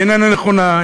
היא איננה נכונה,